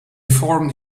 formed